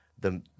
the-